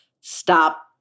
Stop